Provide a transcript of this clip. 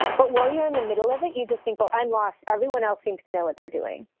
but while you're in the middle of it, you just think, well, i'm lost. everyone else seems to know what they're doing.